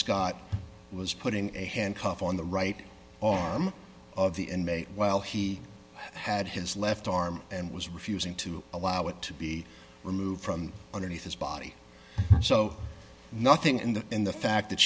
scott was putting a handcuff on the right arm of the inmate while he had his left arm and was refusing to allow it to be removed from underneath his body so nothing in the in the fact that